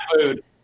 food